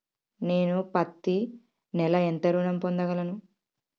నేను పత్తి నెల ఎంత ఋణం పొందగలను?